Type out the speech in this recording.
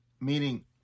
Meaning